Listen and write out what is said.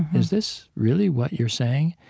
is this really what you're saying?